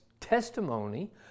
testimony